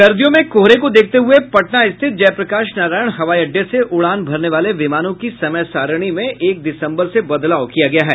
सर्दियों में कोहरे को देखते हए पटना रिथित जयप्रकाश नारायण हवाई अड्डे से उड़ान भरने वाले विमानों की समय सारिणी में एक दिसम्बर से बदलाव किया गया है